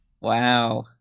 Wow